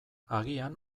agian